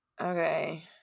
Okay